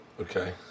Okay